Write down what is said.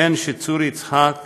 וכן שצור יצחק